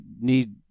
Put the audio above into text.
need